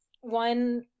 one